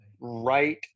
right